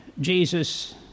Jesus